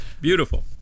Beautiful